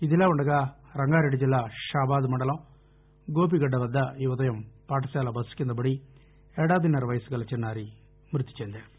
ఇదిలావుండగా రంగారెడ్డి జిల్లా షాబాద్ మండలం గోపీగడ్డ వద్ద ఈ ఉదయం పాఠశాల బస్సు కింద పడి ఏడాదిన్నర వయసుగల చిన్నారి మ్బతి చెందింది